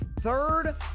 third